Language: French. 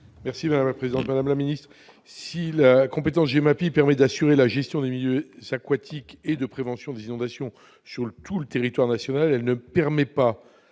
: La parole est à M. Jérôme Bignon. Si la compétence GEMAPI permet d'assurer la gestion des milieux aquatiques et de prévention des inondations sur tout le territoire national, elle ne permet pas